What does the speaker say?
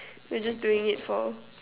we're just doing it for